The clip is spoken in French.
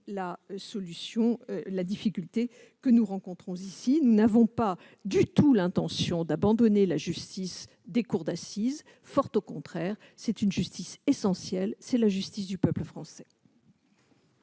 les difficultés que nous rencontrons. Nous n'avons pas du tout l'intention d'abandonner la justice des cours d'assises, fort au contraire. C'est une justice essentielle. C'est la justice du peuple français.